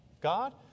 God